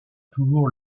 toujours